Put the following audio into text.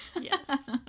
Yes